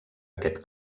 aquest